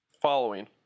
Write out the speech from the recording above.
following